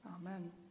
Amen